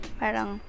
parang